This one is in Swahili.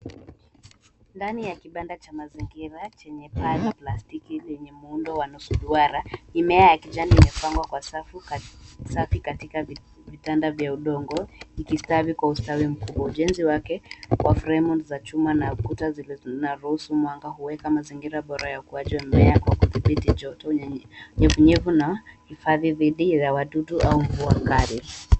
Ndani ya kipanda cha mazingira Chenye paa la plastiki lenye muundo wa nusu duara. Mimea ya kijani imepangwa kwa safu na vitanda vya udongo vikistawi kwa ustawi mkubwa . Ujenzi wake ni fremu ni za chuma na kuta zina ruhusu mwanga kuweka mazingira bora kwa kudhibithi joto nyefu nyefu na hifadhi bidii ya wadudu au mvua kali